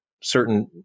certain